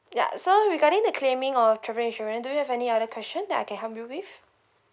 ya so regarding the claiming of travel insurance do you have any other question that I can help you with